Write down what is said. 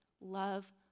love